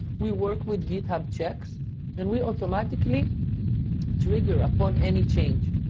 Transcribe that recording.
we work with github checks and we automatically trigger upon any change,